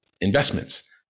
investments